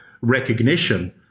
recognition